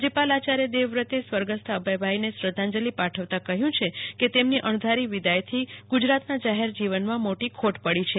રાજયપાલ આચાર્ય દેવ વ્રતે સ્વર્ગસ્થ અભયભાઇ ને શ્રદ્ધાંજલી પાઠવતા કહ્યું છે કે તેમની અણધારી વિદાય થી ગુજરાત ના જાહેર જીવન માંમોટી ખોટ પડી છે